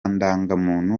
ndangamuntu